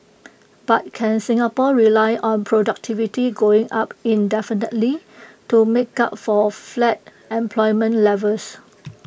but can Singapore rely on productivity going up indefinitely to make up for flat employment levels